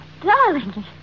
Darling